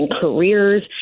careers